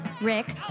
Rick